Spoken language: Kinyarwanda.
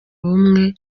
ubumwe